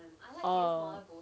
orh